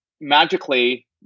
magically